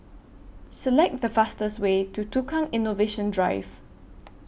Select The fastest Way to Tukang Innovation Drive